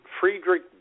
Friedrich